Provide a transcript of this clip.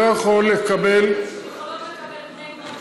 מדוע עמותות ימין יכולות לקבל בני ובנות